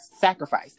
sacrifice